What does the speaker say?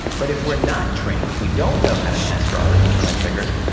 but if we're not trained, if we don't know how to master our internal triggers,